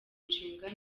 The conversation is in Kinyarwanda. nshinga